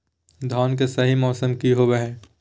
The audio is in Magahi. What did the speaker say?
धान के सही मौसम की होवय हैय?